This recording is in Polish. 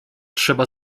trzeba